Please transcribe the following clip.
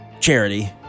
Charity